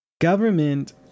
Government